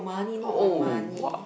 oh oh !wah!